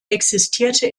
existierte